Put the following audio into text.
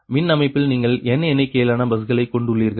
மின் அமைப்பில் நீங்கள் n எண்ணிக்கையிலான பஸ்களை கொண்டுள்ளீர்கள்